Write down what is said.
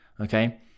okay